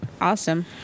awesome